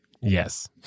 Yes